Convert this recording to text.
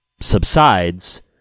subsides